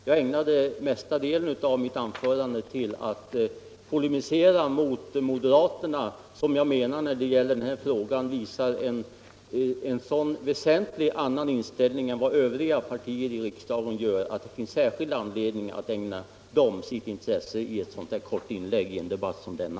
Jag ägnade den största delen av mitt anförande åt att polemisera mot moderaterna, som i den här frågan visar en väsentligt annorlunda inställning än vad övriga partier i riksdagen gör. Det fanns därför, menar jag, särskild anledning att ägna dem sitt intresse i ett kort inlägg i en debatt som denna.